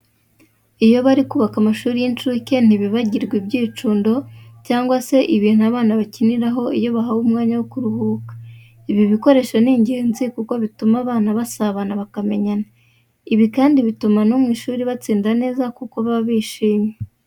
Iyo bari kubaka amashuri y'incuke ntibibagirwa ibyicundo cyangwa se ibintu abana bakiniraho iyo bahawe umwanya wo kuruhuka. Ibi bikoresho ni ingenzi kuko bituma aba bana basabana bakamenyana. Ibi kandi bituma no mu ishuri batsinda neza kuko baba bishyimye.